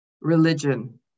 religion